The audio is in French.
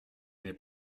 n’est